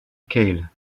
cale